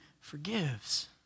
forgives